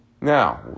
Now